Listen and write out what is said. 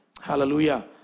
Hallelujah